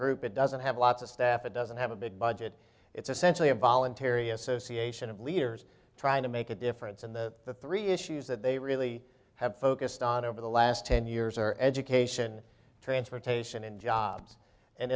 group it doesn't have lots of staff it doesn't have a big budget it's essentially a voluntary association of leaders trying to make a difference and the three issues that they really have focused on over the last ten years are education transportation and jobs and